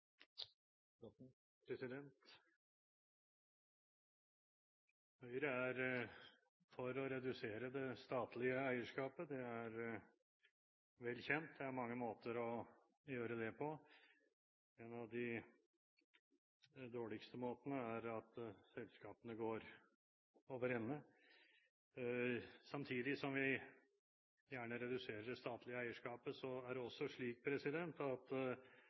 Høyre er for å redusere det statlige eierskapet, det er vel kjent. Det er mange måter å gjøre det på. En av de dårligste måtene er at selskapene går over ende. Samtidig som vi gjerne reduserer det statlige eierskapet, er det slik at når vi er eiere, har vi også